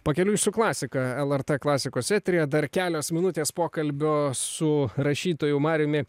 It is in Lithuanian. pakeliui su klasika lrt klasikos eteryje dar kelios minutės pokalbio su rašytoju mariumi